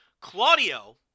Claudio